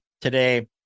today